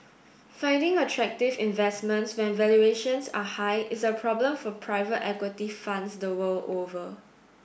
finding attractive investments when valuations are high is a problem for private equity funds the world over